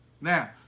Now